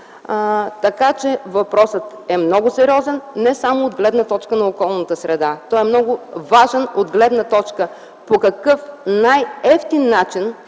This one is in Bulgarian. изгражда. Въпросът е много сериозен не само от гледна точка на околната среда, но е много важен от гледна точка по какъв най-евтин начин